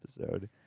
episode